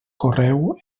correu